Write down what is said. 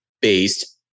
based